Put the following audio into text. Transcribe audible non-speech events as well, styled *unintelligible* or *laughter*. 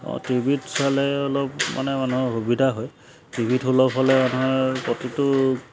অঁ টিভিত চালে অলপ মানে মানুহৰ সুবিধা হয় টিভিত *unintelligible* মানুহৰ প্ৰতিটো